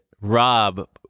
Rob